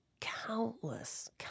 countless